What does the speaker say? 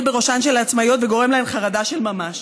בראשן של העצמאיות וגורם להן חרדה של ממש,